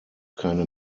keine